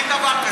אין דבר כזה.